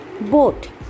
boat